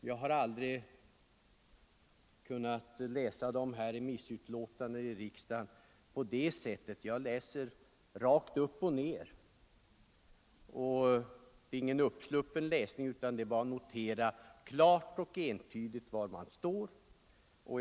Jag har aldrig kunnat läsa remissutlåtandena i riksdagen på det sättet, utan jag läser dem rakt upp och ner. Det är ingen uppsluppen läsning, utan det är bara att notera klart och entydigt var vederbörande står.